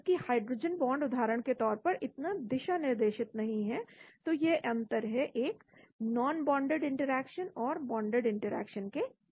जबकि hydrogen bond उदाहरण के तौर पर इतना दिशा निर्देशित नहीं है तो यह अंतर है एक नॉनबोंडेड इंटरेक्शन और बौंडेड इंटरेक्शन के बीच